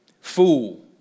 Fool